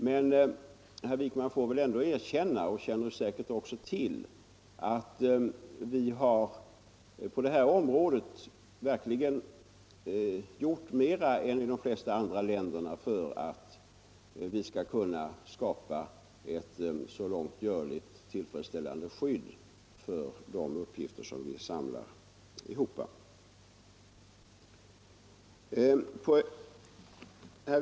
Men herr Wijkman får väl ändå erkänna — och känner säkert också till det — att vi på det här området verkligen har gjort mera än de flesta andra länder för att skapa ett så långt görligt tillfredsställande skydd för de uppgifter vi samlar ihop.